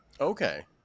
Okay